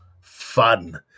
fun